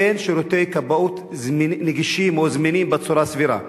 אין שירותי כבאות נגישים או זמינים בצורה סבירה,